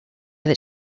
that